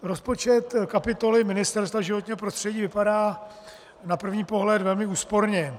Rozpočet kapitoly Ministerstva životního prostředí vypadá na první pohled velmi úsporně.